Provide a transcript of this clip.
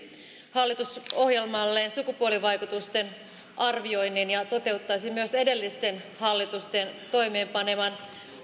hallitusohjelmalleen sukupuolivaikutusten arvioinnin ja toteuttaisi myös edellisten hallitusten toimeenpaneman